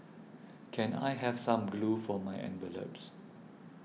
can I have some glue for my envelopes